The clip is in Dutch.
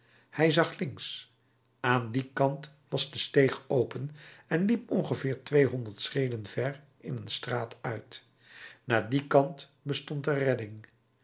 hij zag links aan dien kant was de steeg open en liep ongeveer tweehonderd schreden ver in een straat uit naar dien kant bestond er redding